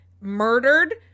murdered